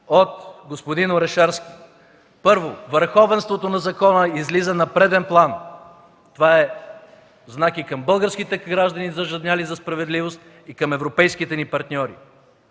от господин Орешарски. Първо, върховенството на закона излиза на преден план. Това е знак и към българските граждани зажадняли за справедливост, и към европейските ни партньори.